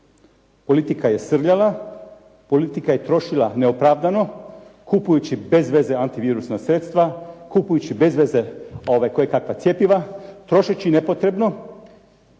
Politika je srljala, politika je trošila neopravdano kupujući bezveze antivirusna sredstva, kupujući bezveze kojekakva cjepiva, trošeći nepotrebno